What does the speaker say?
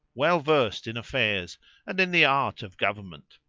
well versed in affairs and in the art of government.